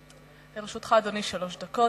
לרשותך, אדוני, שלוש דקות.